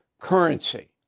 currency